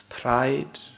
pride